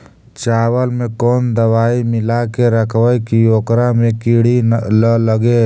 चावल में कोन दबाइ मिला के रखबै कि ओकरा में किड़ी ल लगे?